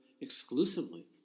exclusively